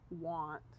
want